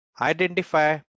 Identify